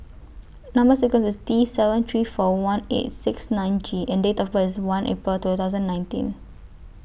Number sequence IS T seven three four one eight six nine J and Date of birth IS one April two thousand nineteen